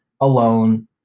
alone